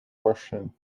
question